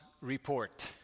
report